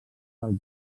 del